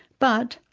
but,